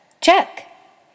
check